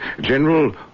General